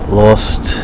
lost